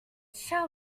shall